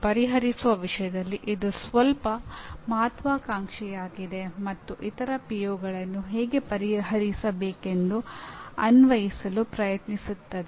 PO 5 ಹೇಗೆ ಪರಿಹರಿಸಬೇಕೆಂದು ಅನ್ವೇಷಿಸಲು ಪ್ರಯತ್ನಿಸುತ್ತದೆ